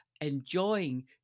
enjoying